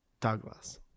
Douglas